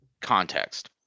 context